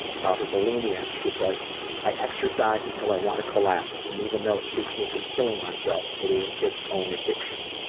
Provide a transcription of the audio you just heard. about her bulimia she says i exercise until i want to collapse, and even though it keeps me from killing myself it is its own addiction.